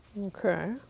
Okay